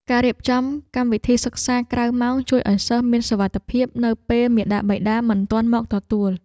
ការរៀបចំកម្មវិធីសិក្សាក្រៅម៉ោងជួយឱ្យសិស្សមានសុវត្ថិភាពនៅពេលមាតាបិតាមិនទាន់មកទទួល។